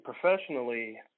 professionally